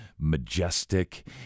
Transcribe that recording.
majestic